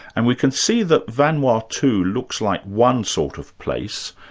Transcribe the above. and we can see that vanuatu looks like one sort of place,